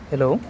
hello